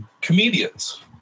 comedians